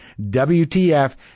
WTF